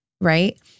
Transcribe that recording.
right